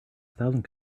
thousand